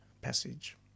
passage